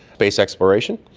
space exploration.